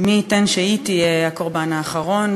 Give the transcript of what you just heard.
ומי ייתן שהיא תהיה הקורבן האחרון,